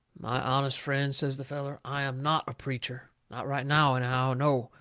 my honest friend, says the feller, i am not a preacher. not right now, anyhow. no!